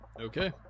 Okay